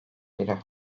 biri